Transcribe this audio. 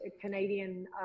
canadian